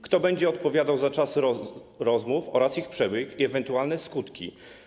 Kto będzie odpowiadał za czas rozmów oraz ich przebieg i ewentualne skutki?